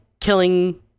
killing